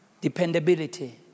dependability